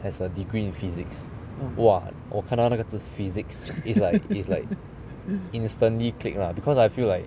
has a degree in physics !wah! 我看到那个字 physics is like is like instantly click lah because I feel like